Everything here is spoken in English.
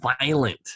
violent